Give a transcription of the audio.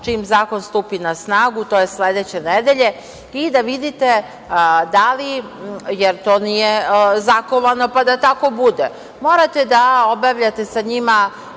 Čim zakon stupi na snagu, to je sledeće nedelje, jer to nije zakovano pa da tako bude. Morate da obavljate sa njima